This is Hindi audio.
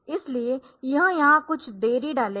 इसलिए यह यहां कुछ देरी डालेगा